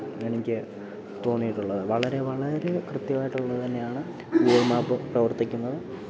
എനിക്ക് തോന്നിയിട്ടുള്ളത് വളരെ വളരെ കൃത്യവായിട്ടുള്ളത് തന്നെയാണ് ഗൂഗിൾ മാപ്പ് പ്രവർത്തിക്കുന്നത്